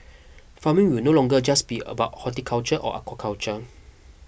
farming will no longer just be about horticulture or aquaculture